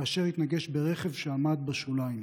כאשר התנגש ברכב שעמד בשוליים,